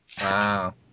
Wow